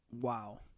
Wow